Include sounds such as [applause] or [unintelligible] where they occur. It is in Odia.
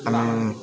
[unintelligible]